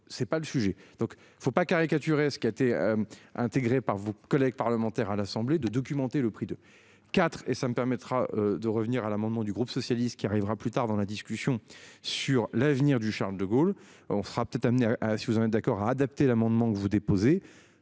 c'est pas le sujet. Donc il ne faut pas caricaturer ce qui a été intégrée par vos collègues parlementaires à l'Assemblée de documenter le prix de quatre et ça me permettra de revenir à l'amendement du groupe socialiste qui arrivera plus tard dans la discussion sur l'avenir du Charles-de-Gaulle, on sera peut-être amenés à si vous en êtes d'accord à adapter l'amendement que vous déposez.